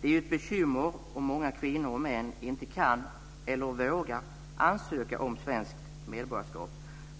Det är ju ett bekymmer om många kvinnor och män inte kan eller vågar ansöka om svenskt medborgarskap